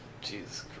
Jesus